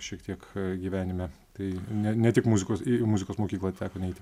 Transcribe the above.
šiek tiek gyvenime tai ne ne tik muzikos į muzikos mokyklą teko neiti